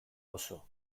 oso